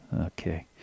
okay